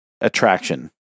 attraction